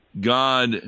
God